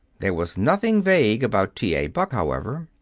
there was nothing vague about t. a. buck, however.